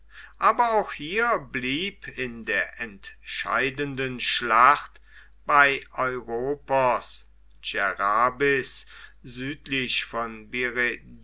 aber auch hier blieb in der entscheidenden schlacht bei europos djerabis südlich von